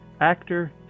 Actor